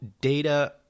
data